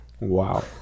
Wow